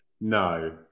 No